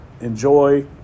enjoy